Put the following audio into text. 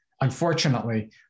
unfortunately